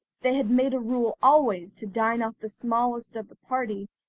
they had made a rule always to dine off the smallest of the party,